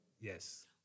Yes